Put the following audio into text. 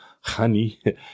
honey